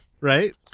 right